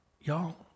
Y'all